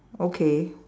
okay